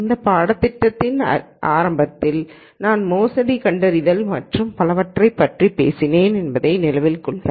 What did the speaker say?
இந்த பாடத்திட்டத்தின் ஆரம்பத்தில் நான் மோசடி கண்டறிதல் மற்றும் பலவற்றைப் பற்றி பேசினேன் என்பதை நினைவில் கொள்க